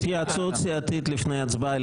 התייעצות סיעתית לפני ההצבעה,